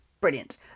Brilliant